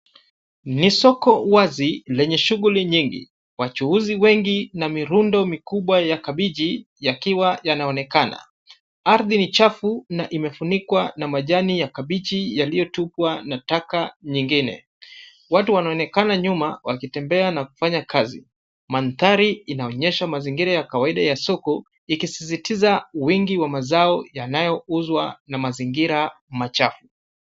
Ni soko wazi lenye shughuli nyingi. Wachuuzi wengi na mirundo mikubwa ya kabiji yakiwa yanaonekana. Ardhi ni chafu na imefunikwa na majani ya kabichi yaliyotupwa na taka nyingine. Watu wanaonekana nyuma wakitembea na kufanya kazi. Mantari inaonyesha mazingira ya kawaida ya soko ikisisitiza wingi wa mazao yanayouzwa na mazingira machafu.